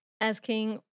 asking